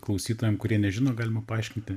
klausytojam kurie nežino galima paaiškinti